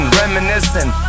reminiscing